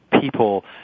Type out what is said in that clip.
people